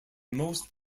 most